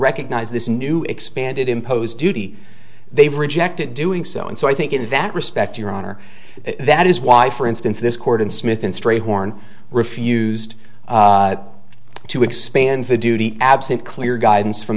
recognize this new expanded impose duty they've rejected doing so and so i think in that respect your honor that is why for instance this court in smith and strayhorn refused to expand the duty absent clear guidance from